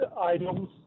items